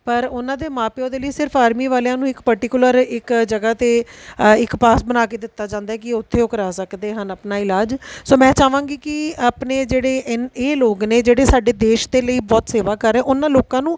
ਪਰ ਉਹਨਾਂ ਦੇ ਮਾਂ ਪਿਓ ਦੇ ਲਈ ਸਿਰਫ ਆਰਮੀ ਵਾਲਿਆਂ ਨੂੰ ਇੱਕ ਪਰਟੀਕੁਲਰ ਇੱਕ ਜਗ੍ਹਾ 'ਤੇ ਇੱਕ ਪਾਸ ਬਣਾ ਕੇ ਦਿੱਤਾ ਜਾਂਦਾ ਕਿ ਉੱਥੇ ਉਹ ਕਰਵਾ ਸਕਦੇ ਹਨ ਆਪਣਾ ਇਲਾਜ ਸੋ ਮੈਂ ਚਾਹਵਾਂਗੀ ਕਿ ਆਪਣੇ ਜਿਹੜੇ ਇਨ ਇਹ ਲੋਕ ਨੇ ਜਿਹੜੇ ਸਾਡੇ ਦੇਸ਼ ਦੇ ਲਈ ਬਹੁਤ ਸੇਵਾ ਕਰ ਰਹੇ ਉਹਨਾਂ ਲੋਕਾਂ ਨੂੰ